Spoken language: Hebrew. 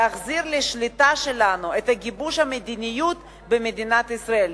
להחזיר לשליטתנו את גיבוש מדיניות הביטוח במדינת ישראל.